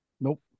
Nope